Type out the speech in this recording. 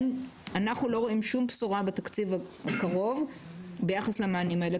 אנחנו לא רואים שום בשורה בתקציב הקרוב ביחס למענים האלה.